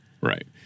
Right